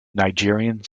nigerian